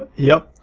yup,